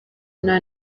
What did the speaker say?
nta